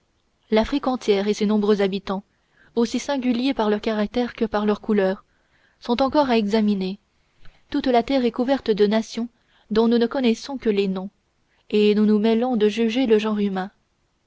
l'afrique entière et ses nombreux habitants aussi singuliers par leur caractère que par leur couleur sont encore à examiner toute la terre est couverte de nations dont nous ne connaissons que les noms et nous nous mêlons de juger le genre humain